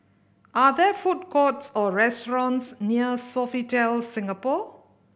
are there food courts or restaurants near Sofitel Singapore